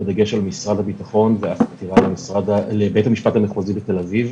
בדגש על משרד הביטחון ובית המשפט המחוזי בתל אביב,